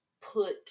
put